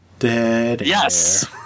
Yes